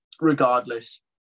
regardless